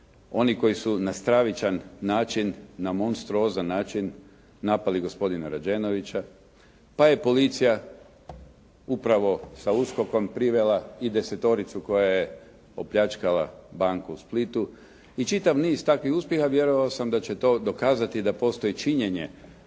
oni koji su na stravičan način, na monstruozan način napali gospodina Rađenovića, pa je policija upravo sa USKOK-om privela i desetoricu koja je opljačkala banku u Splitu. I čitav niz takvih uspjeha. Vjerovao sam da će to dokazati da postoji činjenje,